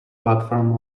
platform